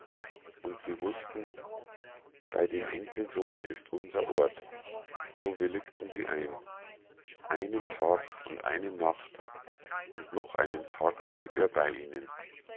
und sie wußten bei dem enkelsohne ist unser ort so willigten sie ein einen tag eine nacht und noch einen tag blieb er bei ihnen